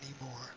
anymore